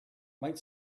might